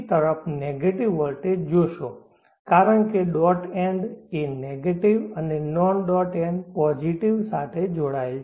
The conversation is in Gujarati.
તરફ નેગેટિવ વોલ્ટેજ જોશો કારણ કે ડોટ એન્ડ એ નેગેટિવ અને નોન ડોટ એન્ડ પોઝિટિવ સાથે જોડાયેલ છે